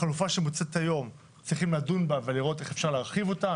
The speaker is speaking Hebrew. החלופה שמוצעת היום צריכים לדון בה ולראות איך אפשר להרחיב אותה.